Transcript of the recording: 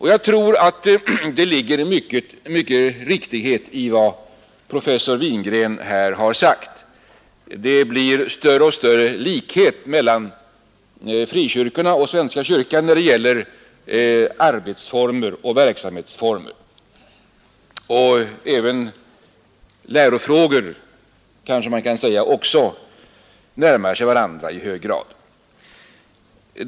Jag tror det ligger mycken riktighet i vad professor Wingren här har sagt. Det blir större och större likhet mellan frikyrkorna och svenska kyrkan när det gäller arbetsformer och verksamhetsformer. Även i lärofrågor kanske man kan säga att de närmar sig varandra i hög grad.